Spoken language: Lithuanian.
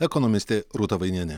ekonomistė rūta vainienė